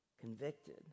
convicted